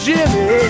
Jimmy